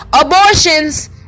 abortions